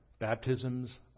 Baptism's